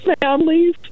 families